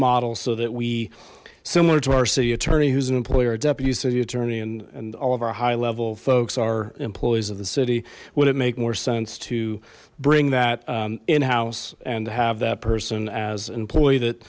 model so that we similar to our city attorney who's an employer a deputy city attorney and and all of our high level folks are employees of the city would it make more sense to bring that in house and have that person as employee that